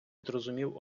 зрозумів